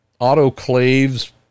autoclaves